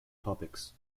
topics